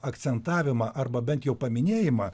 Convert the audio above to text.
akcentavimą arba bent jau paminėjimą